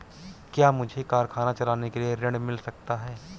क्या मुझे कारखाना चलाने के लिए ऋण मिल सकता है?